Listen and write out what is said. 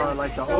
um like to